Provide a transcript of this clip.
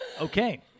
Okay